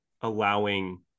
allowing